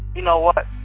you know what?